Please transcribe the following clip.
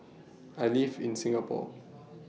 I live in Singapore